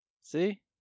See